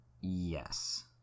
yes